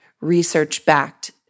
research-backed